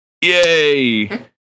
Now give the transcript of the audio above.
Yay